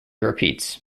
repeats